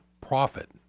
profit